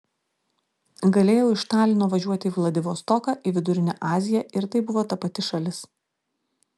galėjau iš talino važiuoti į vladivostoką į vidurinę aziją ir tai buvo ta pati šalis